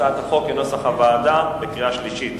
הצעת החוק כנוסח הוועדה, בקריאה שלישית.